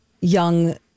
young